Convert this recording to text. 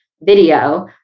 video